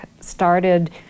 started